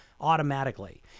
automatically